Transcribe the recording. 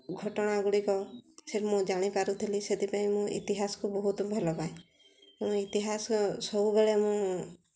ଘଟଣାଗୁଡ଼ିକ ସେ ମୁଁ ଜାଣିପାରୁଥିଲି ସେଥିପାଇଁ ମୁଁ ଇତିହାସକୁ ବହୁତ ଭଲପାଏ ତେଣୁ ଇତିହାସ ସବୁବେଳେ ମୁଁ